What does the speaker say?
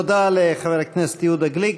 תודה לחבר הכנסת יהודה גליק.